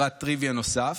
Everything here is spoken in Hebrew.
פרט טריוויה נוסף: